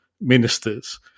ministers